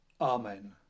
Amen